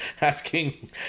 asking